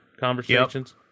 conversations